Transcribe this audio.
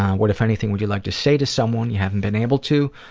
what if anything would you like to say to someone you haven't been able to?